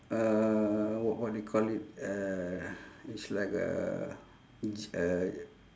uh w~ what do you call it uh it's like a g~ uh